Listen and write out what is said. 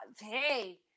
hey